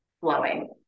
flowing